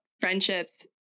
friendships